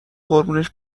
قربونش